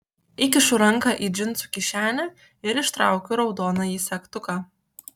įkišu ranką į džinsų kišenę ir ištraukiu raudonąjį segtuką